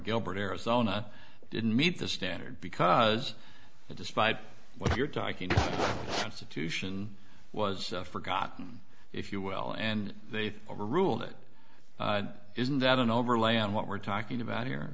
gilbert arizona didn't meet the standard because despite what you're talking situation was forgotten if you will and they've all ruled it isn't that an overlay on what we're talking about here